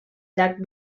llac